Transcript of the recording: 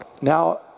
Now